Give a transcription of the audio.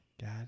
God